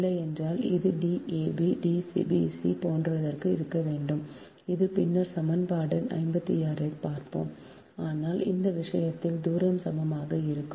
இல்லையெனில் இது D a b D b c போன்றதாக இருக்க வேண்டும் இது பின்னர் சமன்பாடு 56 என்று பார்ப்போம் ஆனால் இந்த விஷயத்தில் தூரம் சமமாக இருக்கும்